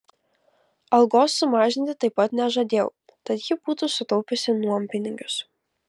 algos sumažinti taip pat nežadėjau tad ji būtų sutaupiusi nuompinigius